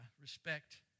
respect